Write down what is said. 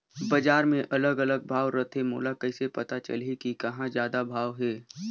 बजार मे अलग अलग भाव रथे, मोला कइसे पता चलही कि कहां जादा भाव हे?